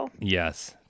Yes